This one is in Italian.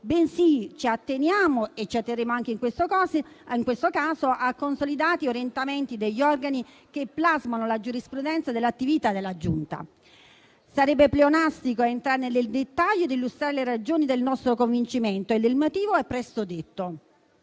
bensì ci atteniamo - e ci atterremo anche in questo caso - a consolidati orientamenti degli organi che plasmano la giurisprudenza dell'attività della Giunta. Sarebbe pleonastico entrare nel dettaglio e illustrare le ragioni del nostro convincimento e il motivo è presto detto.